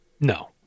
No